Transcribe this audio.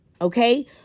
okay